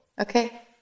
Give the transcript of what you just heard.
Okay